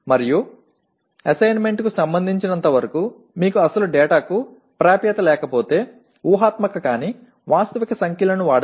பணிகளின் ஒதுக்கீட்டைப் பொருத்தவரை கற்பனையான ஆனால் உண்மையான தகவலுக்கான அணுகல் உங்களிடம் இல்லையென்றால் யதார்த்தமான எண்களைப் பயன்படுத்துங்கள்